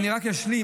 אני רק אשלים.